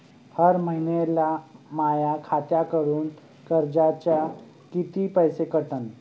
हर महिन्याले माह्या खात्यातून कर्जाचे कितीक पैसे कटन?